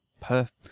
perfect